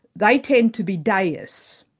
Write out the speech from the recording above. they tend to be deists,